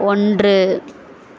ஒன்று